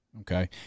Okay